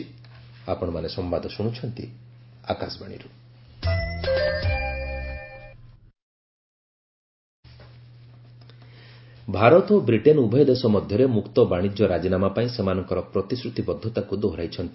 India UK FTA Bharat ଓ Britain ଉଭୟ ଦେଶ ମଧ୍ୟରେ ମୁକ୍ତ ବାଶିଜ୍ୟ ରାଜିନାମା ପାଇଁ ସେମାନଙ୍କର ପ୍ରତିଶ୍ରତିବଦ୍ଧତାକୁ ଦୋହରାଇଛନ୍ତି